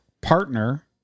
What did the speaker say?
partner